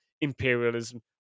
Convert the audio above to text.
imperialism